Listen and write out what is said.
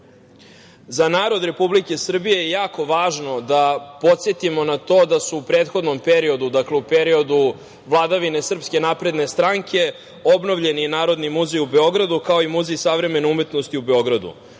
narod Republike Srbije je jako važno da podsetimo na to da su u prethodnom periodu, dakle u periodu vladavine SNS, obnovljeni Narodni muzej u Beogradu, kao i Muzej savremene umetnosti u Beogradu.